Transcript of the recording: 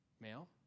Male